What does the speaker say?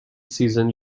season